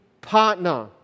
partner